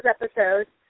episodes